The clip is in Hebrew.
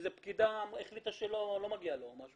איזו פקידה החליטה שלא מגיע לו או משהו כזה.